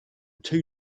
two